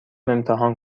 امتحان